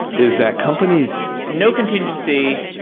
is that companies no contingency.